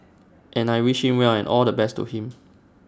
and I wished him well and all the best to him